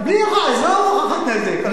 עזוב הוכחת נזק.